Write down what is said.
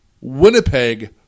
Winnipeg